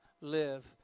live